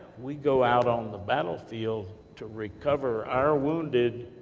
we go out on the battlefield to recover our wounded,